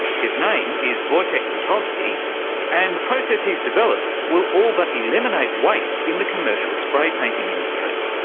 his name is wojciech gutowski and the process he's developed will all but eliminate waste in the commercial spray painting industry.